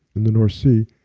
in the north sea.